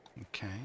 okay